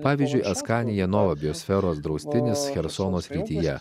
pavyzdžiui askanija nova biosferos draustinis chersono srityje